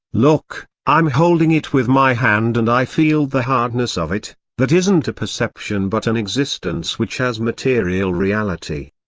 look, i'm holding it with my hand and i feel the hardness of it that isn't a perception but an existence which has material reality.